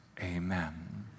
amen